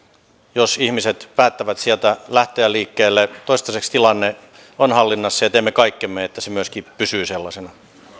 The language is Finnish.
jos ihmiset päättävät sieltä lähteä liikkeelle toistaiseksi tilanne on hallinnassa ja teemme kaikkemme että se myöskin pysyy sellaisena